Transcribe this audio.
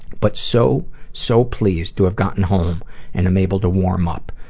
but so, so pleased to have gotten home and am able to warm up.